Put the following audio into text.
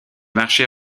marchés